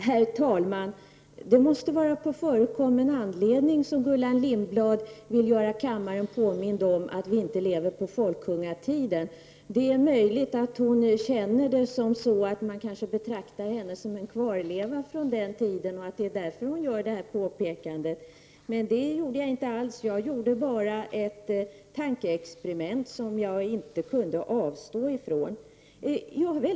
Herr talman! Det måste vara på förekommen anledning som Gullan Lindblad vill göra kammaren påmind om att vi inte lever på folkungatiden. Det är möjligt att hon känner det så, att man betraktar henne som en kvarleva från den tiden och att det är därför hon gör detta påpekande. Jag gjorde bara ett tankeexperiment, som jag inte kunde avstå från.